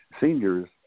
seniors